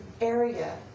area